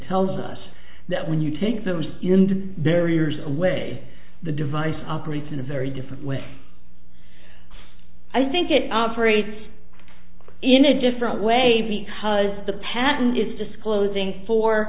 tells us that when you take those into their years away the device operates in a very different way i think it operates in a different way because the patent is disclosing for